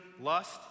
lust